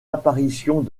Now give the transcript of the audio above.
apparitions